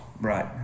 Right